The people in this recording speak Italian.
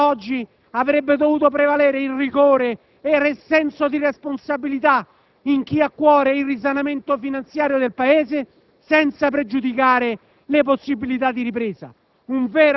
E allora oggi avrebbe dovuto prevalere rigore e senso di responsabilità in chi ha a cuore il risanamento finanziario del Paese, senza pregiudicare le possibilità di ripresa,